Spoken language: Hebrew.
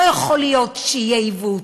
לא יכול להיות שיהיה עיוות,